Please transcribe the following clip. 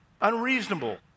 Unreasonable